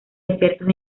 desiertos